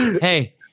hey